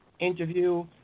interview